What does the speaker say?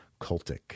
cultic